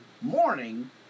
morning